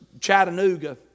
Chattanooga